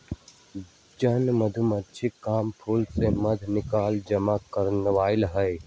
जन मधूमाछिके काम फूल से मध निकाल जमा करनाए हइ